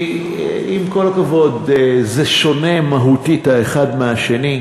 כי, עם כל הכבוד, האחד שונה מהותית מהשני.